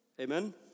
Amen